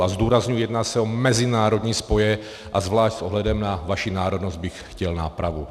A zdůrazňuji, jedná se o mezinárodní spoje, a zvlášť s ohledem na vaši národnost bych chtěl nápravu.